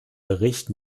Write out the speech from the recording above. bericht